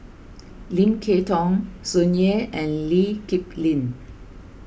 Lim Kay Tong Tsung Yeh and Lee Kip Lin